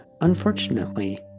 unfortunately